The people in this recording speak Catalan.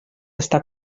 està